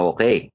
Okay